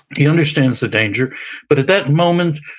he understands the danger but at that moment,